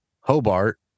Hobart